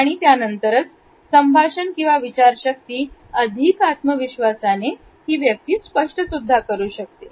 आणि त्यानंतरच संभाषण किंवा विचार शक्ती अधिक आत्मविश्वासाने ही व्यक्ती स्पष्ट करू शकते